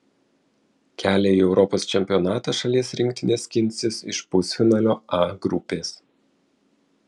kelią į europos čempionatą šalies rinktinė skinsis iš pusfinalio a grupės